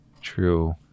true